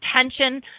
attention